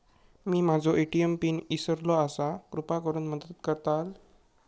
मी माझो ATM PIN इसरलो आसा कृपा करुन मदत करताल